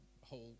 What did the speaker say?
whole